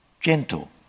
gentle